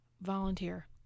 Volunteer